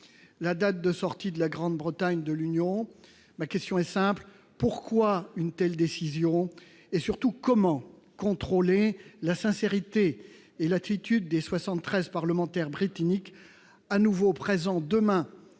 la date de sortie de la Grande-Bretagne de l'Union. Ma question est simple : pourquoi une telle décision et comment contrôler la sincérité et l'attitude des soixante-treize parlementaires britanniques de nouveau présents demain